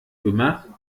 immer